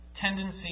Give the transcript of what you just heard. tendency